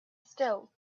still